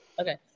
Okay